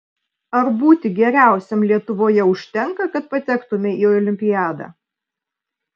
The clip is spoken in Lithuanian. ar būti geriausiam lietuvoje užtenka kad patektumei į olimpiadą